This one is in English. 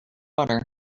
water